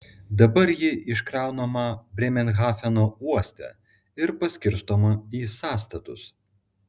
dabar ji iškraunama brėmerhafeno uoste ir paskirstoma į sąstatus